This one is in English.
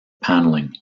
panelling